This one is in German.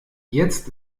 jetzt